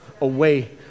away